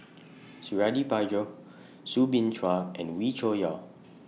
Suradi Parjo Soo Bin Chua and Wee Cho Yaw